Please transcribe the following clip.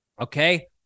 Okay